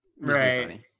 Right